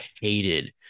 hated